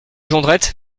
jondrette